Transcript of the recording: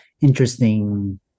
interesting